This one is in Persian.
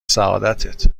سعادتت